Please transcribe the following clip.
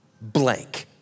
blank